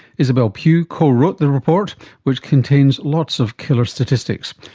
isabelle pugh co-wrote the report which contains lots of killer statistics.